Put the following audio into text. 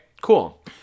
Cool